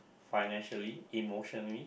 financially emotionally